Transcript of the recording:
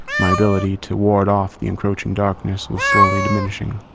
my ability to ward off the encroaching darkness was slowly diminishing.